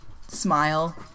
smile